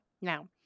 Now